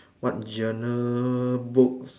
what journal books